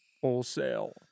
wholesale